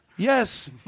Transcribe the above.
Yes